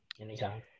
anytime